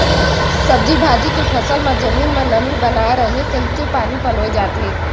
सब्जी भाजी के फसल म जमीन म नमी बने राहय कहिके पानी पलोए जाथे